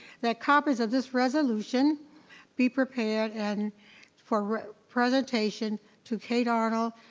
that copies of this resolution be prepared and for presentation to kate arnold,